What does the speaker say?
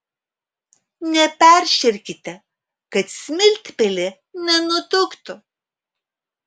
neperšerkite kad smiltpelė nenutuktų